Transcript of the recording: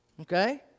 Okay